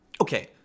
okay